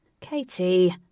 Katie